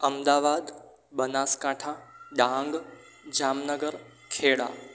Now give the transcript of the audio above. Ahmedabad Banaskantha Dang Jamnagar Kheda